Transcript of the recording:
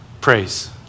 praise